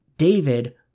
David